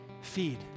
feed